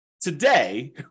Today